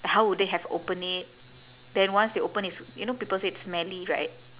how would they have open it then once they open it's you know people say it's smelly right